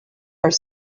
are